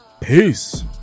Peace